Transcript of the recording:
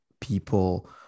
people